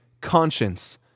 conscience